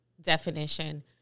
definition